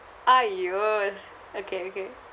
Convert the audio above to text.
!aiyo! okay okay